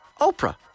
Oprah